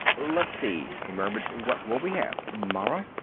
let's see, he murmured. what will we have? mara?